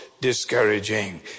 discouraging